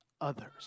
others